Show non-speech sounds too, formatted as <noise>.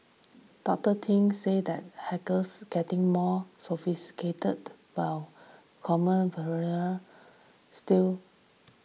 Doctor Ting said that hackers getting more sophisticated while common <unintelligible> still